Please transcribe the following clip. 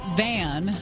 van